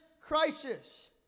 crisis